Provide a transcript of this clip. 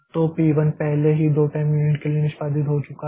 तो पी 1 पहले ही 2 टाइम यूनिट के लिए निष्पादित हो चुका है